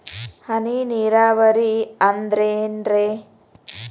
ಹನಿ ನೇರಾವರಿ ಅಂದ್ರೇನ್ರೇ?